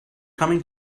coming